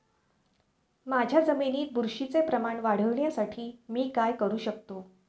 माझ्या जमिनीत बुरशीचे प्रमाण वाढवण्यासाठी मी काय करू शकतो?